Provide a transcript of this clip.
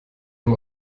nur